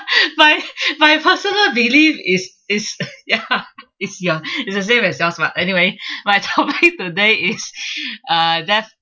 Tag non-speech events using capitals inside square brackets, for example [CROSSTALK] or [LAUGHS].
[LAUGHS] my my personal belief is is ya is your is the same as yours but anyway [LAUGHS] my topic today is uh death